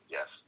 Yes